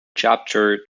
chapter